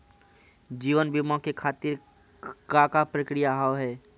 जीवन बीमा के खातिर का का प्रक्रिया हाव हाय?